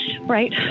right